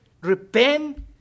Repent